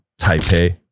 taipei